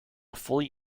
fully